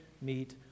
meet